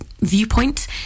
viewpoint